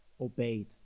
obeyed